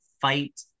fight